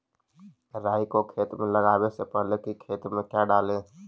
राई को खेत मे लगाबे से पहले कि खेत मे क्या डाले?